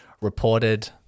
reported